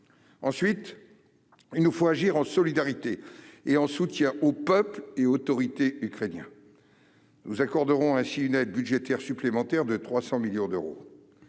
Ensuite, il nous faut agir en solidarité et en soutien au peuple et aux autorités ukrainiens. Nous accorderons ainsi une aide budgétaire supplémentaire de 300 millions d'euros.